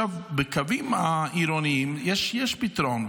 בקווים העירוניים יש פתרון,